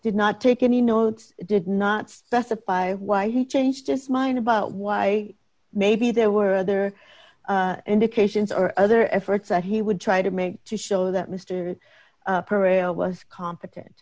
did not take any notes did not specify why he changed his mind about why maybe there were other indications or other efforts that he would try to make to show that mr prayer was competent